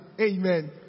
amen